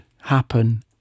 happen